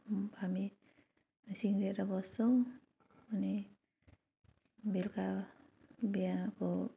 हामी सिँगारेर बस्छौँ अनि बेलुका बिहाको